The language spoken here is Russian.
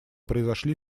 произошли